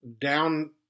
down